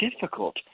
difficult